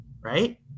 right